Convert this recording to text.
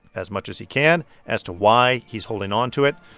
as much as he can, as to why he's holding onto it.